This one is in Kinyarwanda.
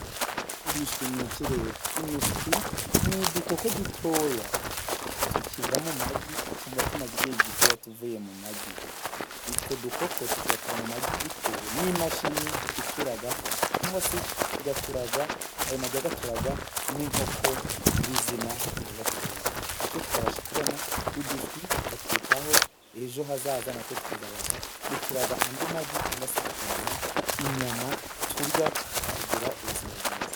Imishwi ni iki rero? Imishwi ni udukoko dutoya, tukiva mu magi cyangwa tumaze igihe gitoya tuvuye mu magi. Utwo dukoko dushobora kuva mu magi bitewe n'imashini ituraga, cyangwa se tugaturagwa, ayo magi agaturagwa n'inkoko nyirizina yayateye. Bityo tukabasha kubona udushwi, tukatwitaho, ejo hazaza natwo tukazabasha guturaga andi magi, cyangwa se tukaduha inyama turya tukagira ubuzima bwiza.